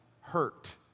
hurt